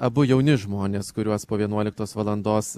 abu jauni žmonės kuriuos po vienuoliktos valandos